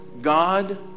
God